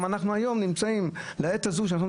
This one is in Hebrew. גם היום יש תורים.